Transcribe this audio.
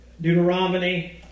Deuteronomy